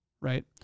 right